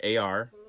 AR